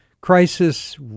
crisis